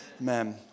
amen